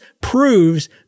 proves